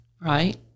Right